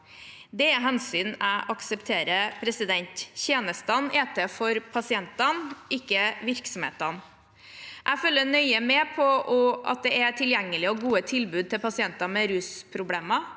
er et hensyn jeg aksepterer. Tjenestene er til for pasientene, ikke virksomhetene. Jeg følger nøye med på at det er tilgjengelige og gode tilbud til pasienter med rusproblemer.